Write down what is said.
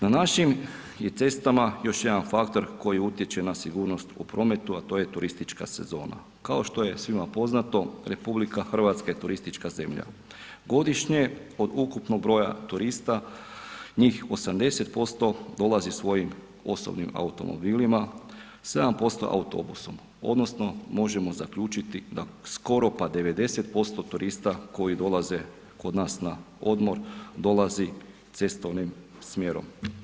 Na našim je cestama još jedan faktor koji utječe na sigurnost u prometu a to je turistička sezona, kao što je svima poznato, RH je turistička zemlja, godišnje od ukupnog broja turista, njih 80% dolazi svojim osobnim automobilima, 7% autobusom odnosno možemo zaključiti da skoro pa 90% turista koji dolaze kod nas na odmor dolazi cestovnim smjerom.